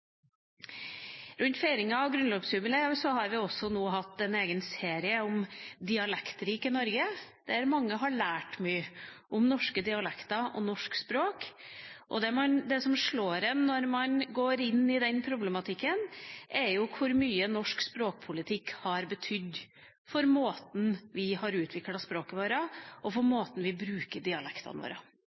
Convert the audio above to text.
Rundt feiringen av grunnlovsjubileet har vi nå hatt en egen serie om dialektriket Norge, der mange har lært mye om norske dialekter og norsk språk. Det som slår en når man går inn i den problematikken, er jo hvor mye norsk språkpolitikk har betydd for måten vi har utviklet språket vårt på, og for måten vi bruker dialektene våre